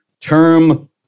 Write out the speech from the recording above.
term